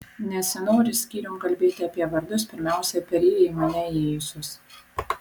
nesinori skyrium kalbėti apie vardus pirmiausia per jį į mane įėjusius